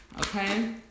Okay